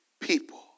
people